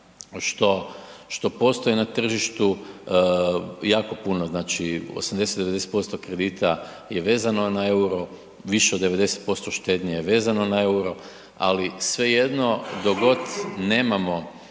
što postoji na tržištu, jako puno znači, 80, 90% kredita je vezano na euro, više od 90% štednje je vezano na euro ali svejedno dok god nemamo